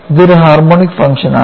ഇത് ഒരു harmonic function ആണ്